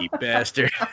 bastard